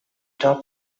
top